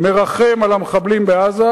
מרחם על המחבלים בעזה,